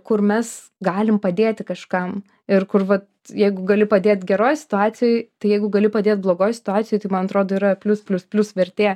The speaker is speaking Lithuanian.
kur mes galim padėti kažkam ir kur vat jeigu gali padėt geroj situacijoj tai jeigu gali padėt blogoj situacijoj tai man atrodo yra plius plius plius vertė